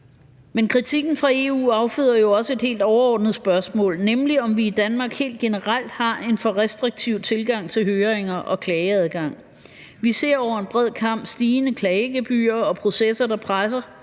Men kritikken fra EU afføder jo også et helt overordnet spørgsmål, nemlig om vi i Danmark helt generelt har en for restriktiv tilgang til høringer og klageadgang. Vi ser over en bred kam stigende klagegebyrer og processer, der presses